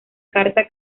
carta